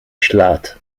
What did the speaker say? ślad